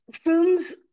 Films